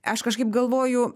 aš kažkaip galvoju